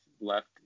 left